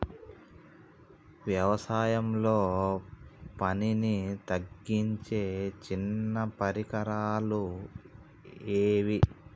వ్యవసాయంలో పనిని తగ్గించే చిన్న పరికరాలు ఏవి?